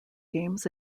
games